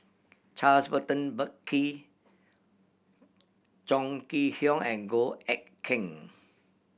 Charles Burton Buckley Chong Kee Hiong and Goh Eck Kheng